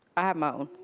i have my own.